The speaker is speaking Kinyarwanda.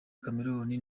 chameleone